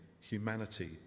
humanity